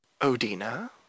Odina